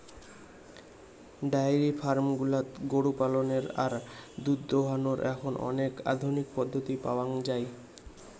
diary farm গুলাত গরু পালনের আর দুধ দোহানোর এখন অনেক আধুনিক পদ্ধতি পাওয়াঙ যাই